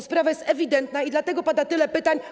Sprawa jest ewidentna, dlatego pada tyle pytań.